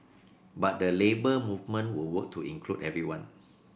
but the Labour Movement will work to include everyone